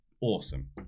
awesome